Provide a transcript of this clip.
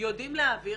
יודעים להעביר,